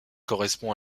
correspond